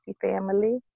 family